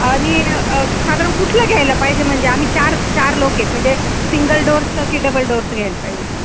आणि साधारण कुठलं घ्यायला पाहिजे म्हणजे आम्ही चार चार लोक आहेत म्हणजे सिंगल डोअरचं की डबल डोअरचं घ्यायला पाहिजे